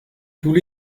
tous